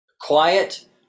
quiet